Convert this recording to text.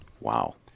Wow